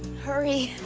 hurry.